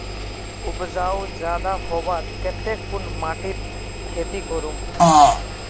उपजाऊ ज्यादा होबार केते कुन माटित खेती करूम?